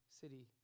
city